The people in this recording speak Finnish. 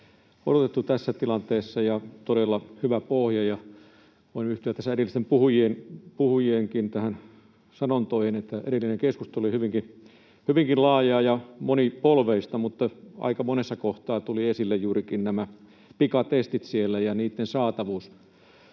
odotettu tässä tilanteessa ja todella hyvä pohja, ja voin yhtyä edellisten puhujienkin sanontoihin, että edellinen keskustelu oli hyvinkin laajaa ja monipolvista, mutta aika monessa kohtaa tulivat esille juurikin nämä pikatestit ja niitten saatavuus.